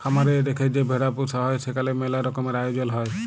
খামার এ রেখে যে ভেড়া পুসা হ্যয় সেখালে ম্যালা রকমের আয়জল হ্য়য়